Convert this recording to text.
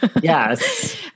Yes